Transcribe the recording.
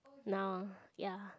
now ya